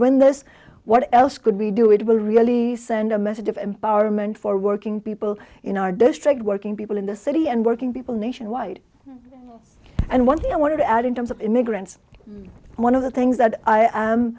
win this what else could we do it will really send a message of empowerment for working people in our district working people in the city and working people nationwide and one thing i want to add in terms of immigrants one of the things that i am